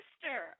sister